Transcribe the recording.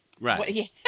right